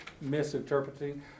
misinterpreting